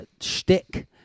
shtick